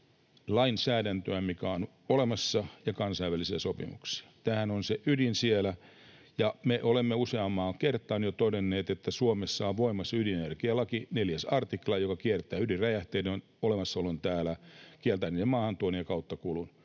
lainsäädäntöä, mikä on olemassa, ja kansainvälisiä sopimuksia. Tämähän on se ydin siellä. Ja me olemme useampaan kertaan jo todenneet, että Suomessa on voimassa ydinenergialaki, jonka 4 § kieltää ydinräjähteiden olemassaolon täällä, kieltää niiden maahantuonnin ja kauttakulun.